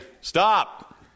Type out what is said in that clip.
stop